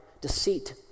deceit